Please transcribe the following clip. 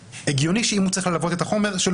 הגיוני שאם הוא צריך ללוות את החומר,